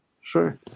Sure